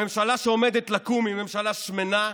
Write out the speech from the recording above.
הממשלה שעומדת לקום היא ממשלה שמנה,